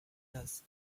dust